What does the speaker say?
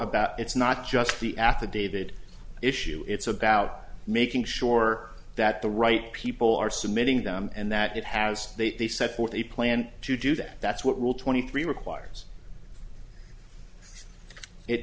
about it's not just the affidavit issue it's about making sure that the right people are submitting them and that it has they set forth a plan to do that that's what will twenty three requires